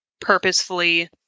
purposefully